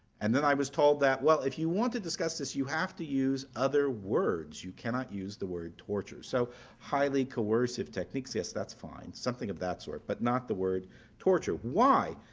and then i was told that, well if you want to discuss this, you have to use other words you cannot use the word torture. so highly coercive techniques, yes that's fine, something of that sort, but not the word torture. why?